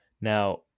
now